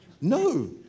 No